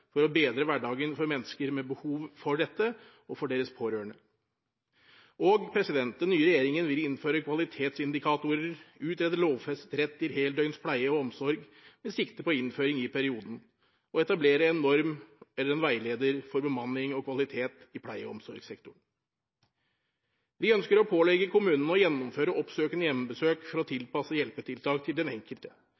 for å bedre hverdagen for mennesker med behov for dette og for deres pårørende. Den nye regjeringen vil innføre kvalitetsindikatorer, utrede lovfestet rett til heldøgns pleie og omsorg, med sikte på innføring i perioden, og regjeringen vil etablere en norm eller en veileder for bemanning og kvalitet i pleie- og omsorgssektoren. Vi ønsker å pålegge kommunene å gjennomføre oppsøkende hjemmebesøk for å tilpasse hjelpetiltak til